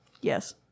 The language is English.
Yes